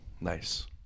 Nice